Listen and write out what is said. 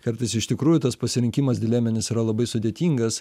kartais iš tikrųjų tas pasirinkimas dileminis yra labai sudėtingas